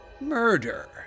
murder